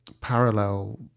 parallel